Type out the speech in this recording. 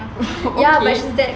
okay